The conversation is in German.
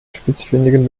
spitzfindigen